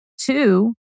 Two